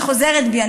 אני חוזרת בי,